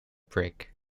brick